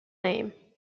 name